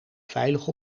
veilig